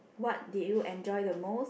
what did you enjoy the most